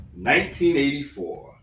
1984